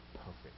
perfect